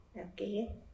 Okay